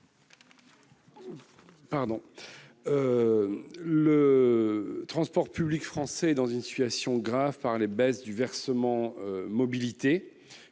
Le transport public français se trouve dans une situation grave du fait des baisses de versement mobilité.